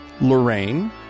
Lorraine